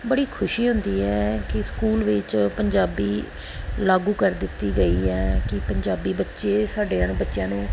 ਬੜੀ ਖੁਸ਼ੀ ਹੁੰਦੀ ਹੈ ਕਿ ਸਕੂਲ ਵਿੱਚ ਪੰਜਾਬੀ ਲਾਗੂ ਕਰ ਦਿੱਤੀ ਗਈ ਹੈ ਕਿ ਪੰਜਾਬੀ ਬੱਚੇ ਸਾਡਿਆਂ ਨੂੰ ਬੱਚਿਆਂ ਨੂੰ